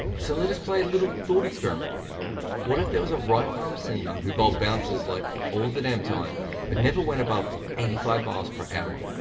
so let us play a little thought experiment here what if there was a right arm seamer who bowled bouncers like all the damn time but never went above eighty five miles per hour?